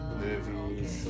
movies